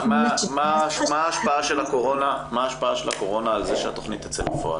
מה ההשפעה של הקורונה על זה שהתוכנית תצא לפועל?